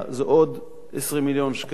זה עוד 20 מיליון שקלים.